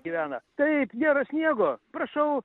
gyvena taip nėra sniego prašau